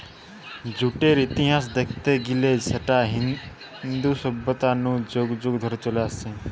জুটের ইতিহাস দেখতে গিলে সেটা ইন্দু সভ্যতা নু যুগ যুগ ধরে চলে আসছে